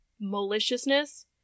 maliciousness